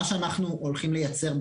מה שאנחנו הולכים ליצר,